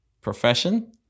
profession